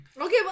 Okay